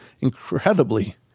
incredibly